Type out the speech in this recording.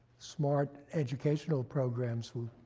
smart educational programs will